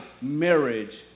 marriage